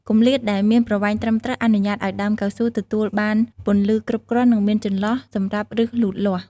គម្លាតដែលមានប្រវែងត្រឹមត្រូវ អនុញ្ញាតឱ្យដើមកៅស៊ូទទួលបានពន្លឺគ្រប់គ្រាន់ និងមានចន្លោះសម្រាប់ឬសលូតលាស់។